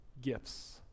gifts